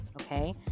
Okay